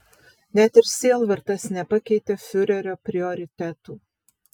net ir sielvartas nepakeitė fiurerio prioritetų